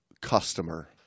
customer